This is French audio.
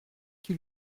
qui